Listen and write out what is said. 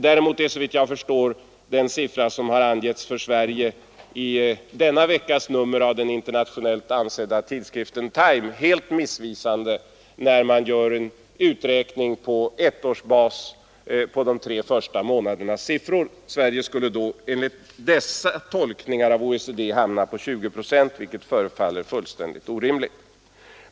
Däremot är, såvitt jag förstår, den siffra som angivits för Sverige i denna veckas nummer av den internationellt ansedda tidskriften Time helt missvisande. Enligt Time skulle Sverige efter en uträkning på ettårsbas på de tre första månadernas siffror efter dessa tolkningar av OECD hamna på 20 procent, vilket förefaller fullständigt orimligt.